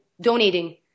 donating